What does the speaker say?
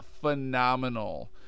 phenomenal